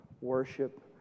worship